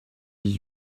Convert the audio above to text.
dix